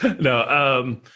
No